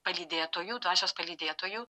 palydėtojų dvasios palydėtojų